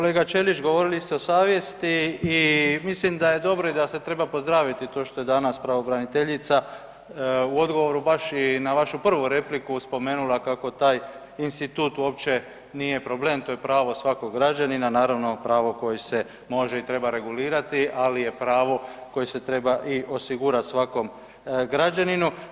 Kolega Ćelić govorili ste o savjesti i mislim da je dobro i da se treba pozdraviti to što je danas pravobraniteljica u odgovoru baš i na vašu prvu repliku spomenula kako taj institut uopće nije problem, to je pravo svakog građanina, naravno pravo koje se može i treba regulirati, ali je pravo koje se treba i osigurati svakom građaninu.